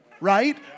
right